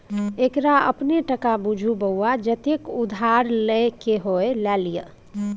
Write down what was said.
एकरा अपने टका बुझु बौआ जतेक उधार लए क होए ल लिअ